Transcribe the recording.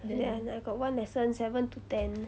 then I I got one lesson seven to ten